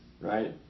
right